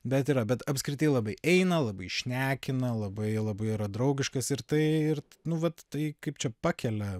bet yra bet apskritai labai eina labai šnekina labai labai yra draugiškas ir tai ir nu vat tai kaip čia pakelia